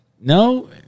No